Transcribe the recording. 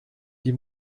die